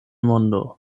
mondo